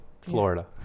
Florida